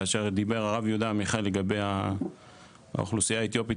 כאשר דיבר הרב יהודה עמיחי לגבי האוכלוסייה האתיופית,